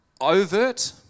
overt